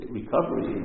recovery